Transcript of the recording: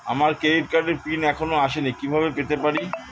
আমার ক্রেডিট কার্ডের পিন এখনো আসেনি কিভাবে পেতে পারি?